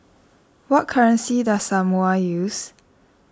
what currency does Samoa use